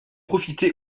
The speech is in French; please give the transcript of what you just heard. profité